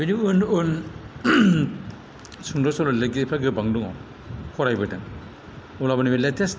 बिदिबो होनदों उन सुंद' सल' लिरगिरिफ्रा गोबां दङ फरायबोदों उनाव नैबे नै लेटेस्ट